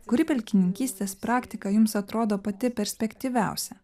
kuri pelkininkystės praktika jums atrodo pati perspektyviausia